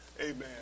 Amen